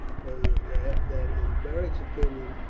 pollio laughed, that, in beric's opinion,